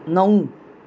नऊ